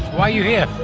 why are you here?